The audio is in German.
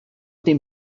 dem